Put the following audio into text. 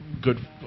good